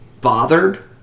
bothered